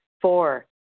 Four